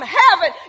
heaven